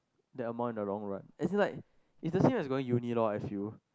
that amount in the long run as in like it's the same as going uni lorh I feel